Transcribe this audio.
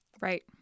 Right